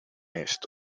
esto